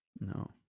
no